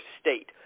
state